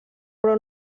però